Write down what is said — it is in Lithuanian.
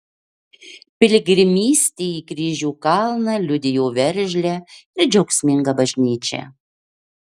piligrimystė į kryžių kalną liudijo veržlią ir džiaugsmingą bažnyčią